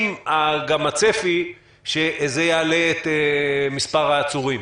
ועם הצפי שזה גם יעלה את מספר העצורים.